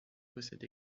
possède